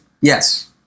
Yes